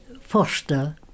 foster